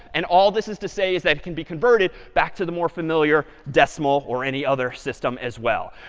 and all this is to say is that it can be converted back to the more familiar decimal or any other system as well.